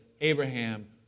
Abraham